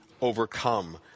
overcome